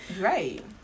Right